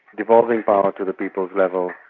devolving power to the people's level.